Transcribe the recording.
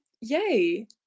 Yay